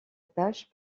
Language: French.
tâche